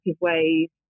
ways